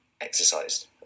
exercised